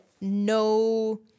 no –